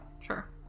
sure